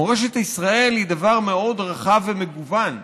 מורשת ישראל היא דבר מאוד רחב ומגוון.